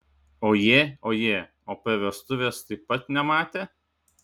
ojė ojė o per vestuves taip pat nematė